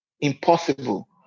impossible